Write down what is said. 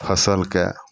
फसलके